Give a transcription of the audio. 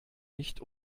nicht